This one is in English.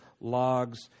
logs